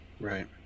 Right